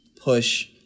push